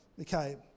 Okay